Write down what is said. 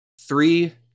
Three